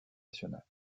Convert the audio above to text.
nationale